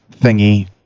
thingy